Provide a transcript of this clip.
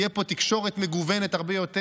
תהיה פה תקשורת מגוונת הרבה יותר.